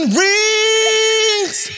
rings